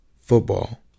Football